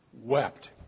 Wept